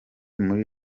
muri